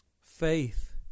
Faith